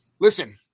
listen